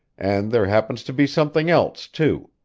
and there happens to be something else, too.